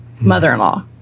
mother-in-law